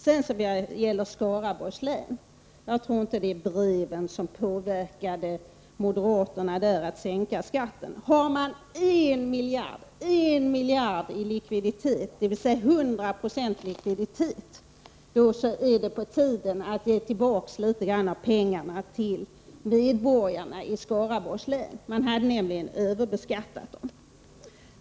Vad sedan gäller Skaraborgs läns landsting tror jag inte det var brev som påverkade moderaterna att sänka skatten. Har man en miljard i likviditet, dvs. 100 96 likviditet, är det på tiden att ge tillbaka litet av skattepengarna till medborgarna i Skaraborgs län. Man hade nämligen överbeskattat dem.